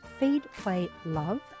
feedplaylove